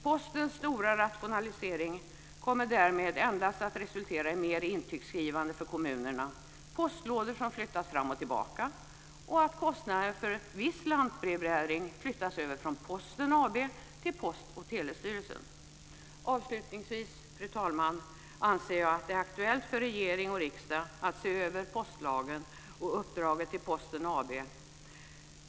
Postens stora rationalisering kommer därmed endast att resultera i mer intygsskrivande för kommunerna, postlådor som flyttas fram och tillbaka och att kostnaden för viss lantbrevbäring flyttas över från Posten Avslutningsvis, fru talman, anser jag att det är aktuellt för regering och riksdag att se över postlagen och uppdraget till Posten AB.